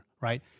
Right